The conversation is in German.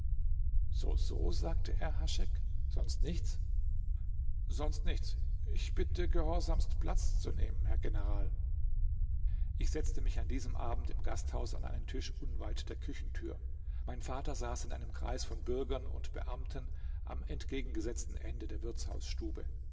so so sagte er haschek sonst nichts sonst nichts ich bitte gehorsamst platz zu nehmen herr general ich setzte mich an diesem abend im gasthaus an einen tisch unweit der küchentür mein vater saß in einem kreis von bürgern und beamten am entgegengesetzten ende der